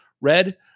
Red